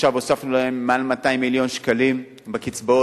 עכשיו הוספנו להם מעל 200 מיליון שקלים בקצבאות.